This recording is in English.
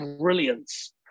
brilliance